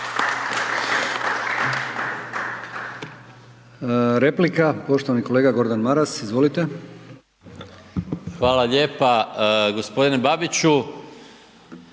Hvala